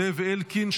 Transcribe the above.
זאב אלקין,